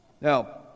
Now